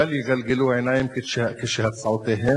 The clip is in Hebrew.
בל יגלגלו עיניים כשהצעותיהם